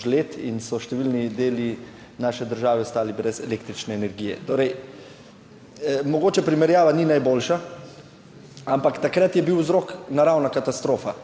žled in so številni deli naše države ostali brez električne energije. Torej, mogoče primerjava ni najboljša, ampak takrat je bil vzrok naravna katastrofa.